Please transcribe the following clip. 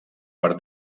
per